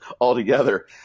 altogether